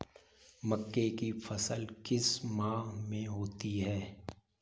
मक्के की फसल किस माह में होती है?